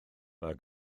mae